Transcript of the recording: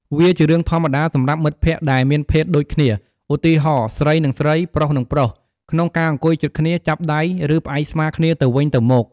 វាជារឿងធម្មតាសម្រាប់មិត្តភក្តិដែលមានភេទដូចគ្នា ឧទាហរណ៍ ស្រីនឹងស្រី ប្រុសនឹងប្រុស ក្នុងការអង្គុយជិតគ្នា ចាប់ដៃ ឬផ្អែកស្មាគ្នាទៅវិញទៅមក។